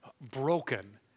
broken